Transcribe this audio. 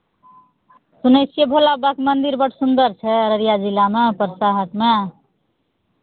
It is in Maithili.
सुनै छियै भोलाबाबाके मन्दिर बड्ड सुन्दर छै अररिया जिलामे परसा हाटमे